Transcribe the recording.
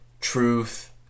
truth